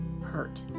hurt